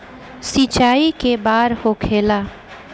सिंचाई के बार होखेला?